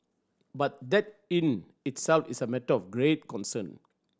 but that in itself is a matter of great concern